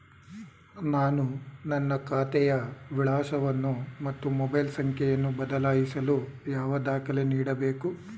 ನಾನು ನನ್ನ ಖಾತೆಯ ವಿಳಾಸವನ್ನು ಮತ್ತು ಮೊಬೈಲ್ ಸಂಖ್ಯೆಯನ್ನು ಬದಲಾಯಿಸಲು ಯಾವ ದಾಖಲೆ ನೀಡಬೇಕು?